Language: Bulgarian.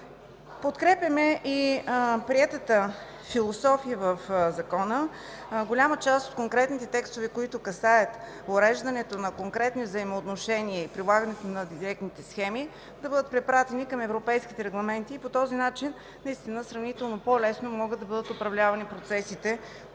Подкрепяме и приетата философия в законопроекта. Голяма част от конкретните текстове, които касаят уреждането на конкретни взаимоотношения и прилагането на директните схеми, да бъдат препратени към европейските регламенти и по този начин наистина сравнително по-лесно могат да бъдат управлявани процесите,